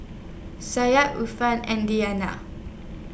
Syah Yusuf and Diyana